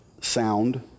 sound